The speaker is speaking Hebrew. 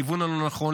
לכיוון הלא-נכון,